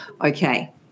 Okay